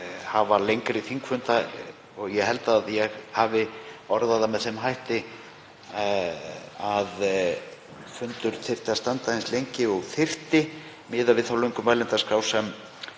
hafa lengri þingfund. Ég held að ég hafi orðað það með þeim hætti að fundur þyrfti að standa eins lengi og þyrfti miðað við þá löngu mælendaskrá sem